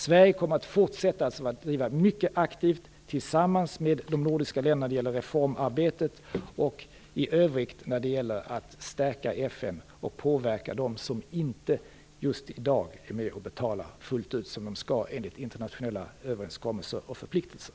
Sverige kommer att fortsätta att mycket aktivt driva frågor tillsammans med de nordiska länderna när det gäller reformarbetet och i övrigt när det gäller att stärka FN och att påverka dem som inte just i dag är med och betalar fullt ut som de skall enligt internationella överenskommelser och förpliktelser.